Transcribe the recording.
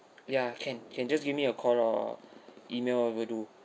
ya can can just give me a call or email over do